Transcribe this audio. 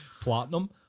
platinum